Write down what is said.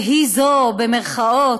שהיא זו, במירכאות,